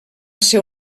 ser